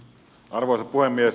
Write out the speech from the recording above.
arvoisa puhemies